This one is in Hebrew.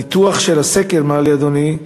הניתוח של הסקר מעלה, אדוני,